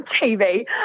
TV